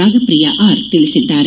Ragapriya R ತಿಳಿಸಿದ್ದಾರೆ